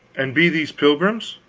and be these pilgrims?